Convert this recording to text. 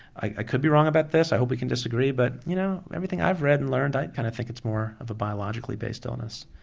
i could be wrong about this, i hope we can disagree but you know, everything i've read and learned i kind of think it's more of a biological based illness.